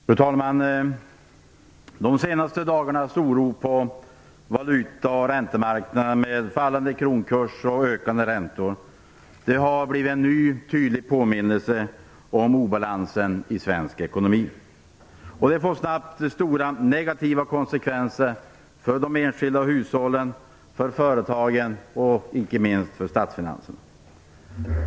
Fru talman! De senaste dagarnas oro på valutaoch räntemarknaderna med fallande kronkurs och ökande räntor har blivit en ny tydlig påminnelse om obalansen i svensk ekonomi. Detta får snabbt stora negativa konsekvenser för de enskilda hushållen, för företagen och icke minst för statsfinanserna.